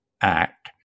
Act